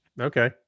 Okay